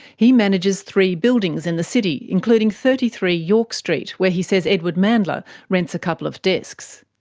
he manages three buildings in the city, including thirty three york street, where he says edward mandla rents a couple of desks.